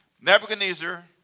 Nebuchadnezzar